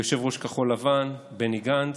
ויו"ר כחול לבן, בני גנץ,